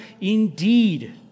indeed